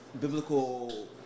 biblical